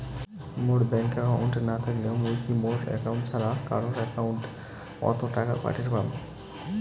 মোর bank account না থাকিলে মুই কি মোর একাউন্ট ছাড়া কারো একাউন্ট অত টাকা পাঠের পাম?